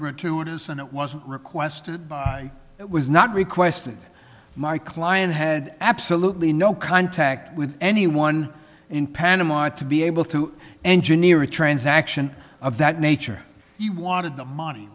gratuitous and it was requested by was not requested my client had absolutely no contact with anyone in panama to be able to engineer a transaction of that nature he wanted the money